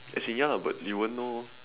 as in ya lah but you won't know